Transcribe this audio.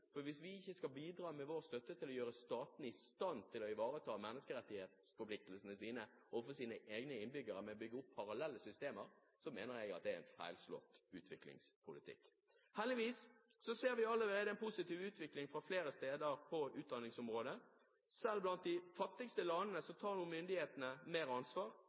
for hvis vi ikke skal bidra med vår støtte til å gjøre statene i stand til å ivareta sine menneskerettighetsforpliktelser overfor egne innbyggere ved å bygge opp parallelle systemer, mener jeg at det vil være en feilslått utviklingspolitikk. Heldigvis ser vi allerede en positiv utvikling flere steder på utdanningsområdet. Selv blant de fattigste landene tar nå myndighetene mer ansvar.